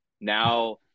now